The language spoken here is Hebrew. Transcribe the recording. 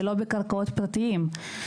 ולא בקרקעות פרטיות.